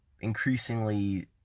increasingly